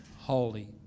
holy